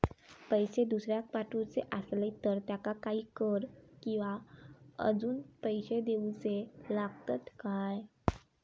पैशे दुसऱ्याक पाठवूचे आसले तर त्याका काही कर किवा अजून पैशे देऊचे लागतत काय?